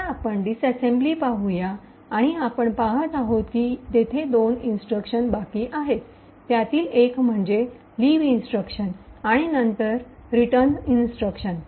आता आपण डिसिसेम्बली पाहूया आणि आपण पाहत आहोत की तेथे दोन इंस्ट्रक्शन बाकी आहेत त्यातील एक म्हणजे लिव्ह इंस्ट्रक्शन आणि नंतर रिटर्न इंस्ट्रक्शन